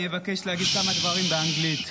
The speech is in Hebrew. אני אבקש להגיד כמה דברים באנגלית.